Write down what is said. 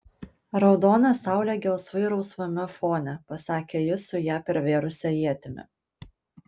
raudona saulė gelsvai rausvame fone pasakė jis su ją pervėrusia ietimi